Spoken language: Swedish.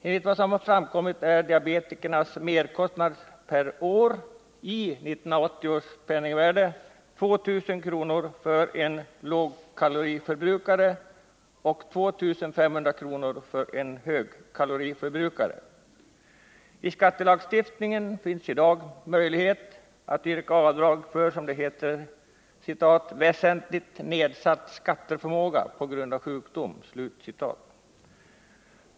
Enligt vad som framkommit är diabetikernas merkostnader per år — i 1980 års penningvärde — 2 000 kr. för en lågkaloriförbrukare och 2 500 kr. för en högkaloriförbrukare. I skattelagstiftningen finns i dag möjlighet att yrka avdrag för, som det heter, ”väsentligt nedsatt skatteförmåga på grund av sjukdom”.